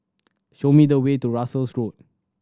show me the way to Russels Road